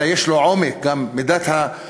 אלא יש לו מידת עומק,